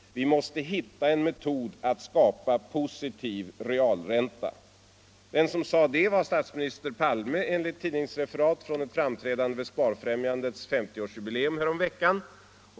Vi måste hitta en metod att skapa positiv realränta.” Den som sade det var statsminister Palme enligt ett tidningsreferat från ett framträdande vid Sparfrämjandets 50-årsjubileum häromveckan.